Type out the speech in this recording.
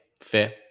fair